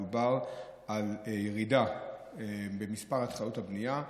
שמדובר על ירידה במספר התחלות הבנייה,